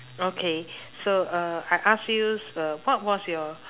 okay so uh I ask you uh what was your